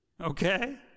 Okay